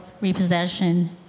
repossession